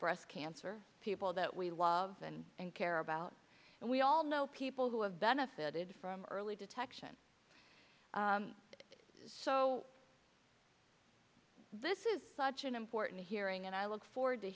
breast cancer people that we love and and care about and we all know people who have benefited from early detection so this is such an important hearing and i look forward to